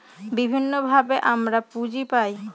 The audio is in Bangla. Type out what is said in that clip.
বিভিন্নভাবে আমরা পুঁজি পায়